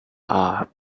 are